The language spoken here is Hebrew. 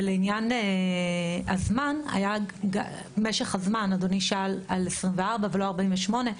ולעניין הזמן, משך הזמן, אדוני שאל על 24 ולא 48,